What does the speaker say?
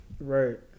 right